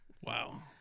Wow